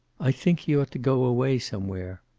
i think he ought to go away somewhere.